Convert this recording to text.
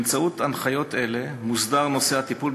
באמצעות הנחיות אלה מוסדר נושא הטיפול